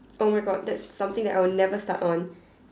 oh my God that's something that I'll never start on